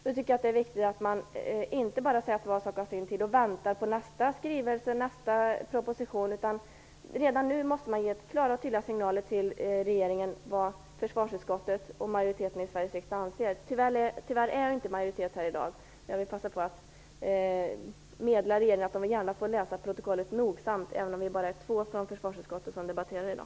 Då tycker jag det är viktigt att man inte bara säger att var sak har sin tid och väntar på nästa skrivelse eller proposition. Redan nu måste man ge klara och tydliga signaler till regeringen om vad försvarsutskottet och majoriteten i Sveriges riksdag anser. Tyvärr är det inte en majoritet här i dag. Jag vill ändå passa på att meddela regeringen att den gärna får läsa protokollet nogsamt, även om vi bara är två från försvarsutskottet som debatterar i dag.